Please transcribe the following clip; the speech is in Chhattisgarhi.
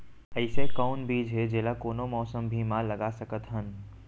अइसे कौन बीज हे, जेला कोनो मौसम भी मा लगा सकत हन?